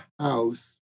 house